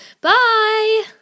Bye